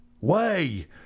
Way